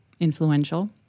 influential